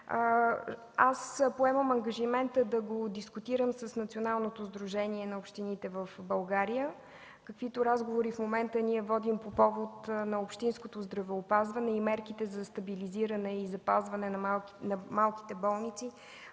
поемам ангажимент да го дискутирам с Националното сдружение на общините в България, каквито разговори в момента ние водим по повод общинското здравеопазване и мерките за стабилизиране и запазване на малките болници